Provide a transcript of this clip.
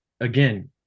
again